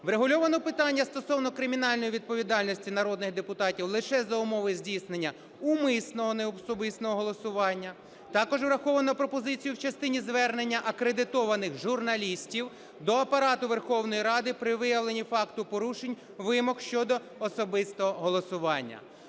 Врегульовано питання стосовно кримінальної відповідальності народних депутатів лише за умови здійснення умисного неособистого голосування. Також враховано пропозицію в частині звернення акредитованих журналістів до Апарату Верховної Ради при виявленні факту порушень вимог щодо особистого голосування.